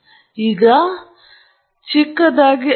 ಹಾಗಾಗಿ ನಾನು ಚಿಕ್ಕದಾಗಿದ್ದೇನೆ